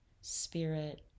spirit